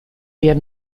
wir